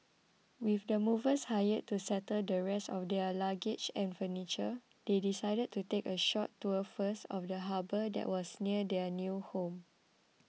with the movers hired to settle the rest of their luggage and furniture they decided to take a short tour first of the harbour that was near their new home